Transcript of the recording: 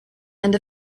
and